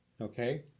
Okay